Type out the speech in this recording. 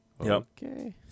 Okay